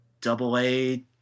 double-A